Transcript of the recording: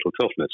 toughness